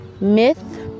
myth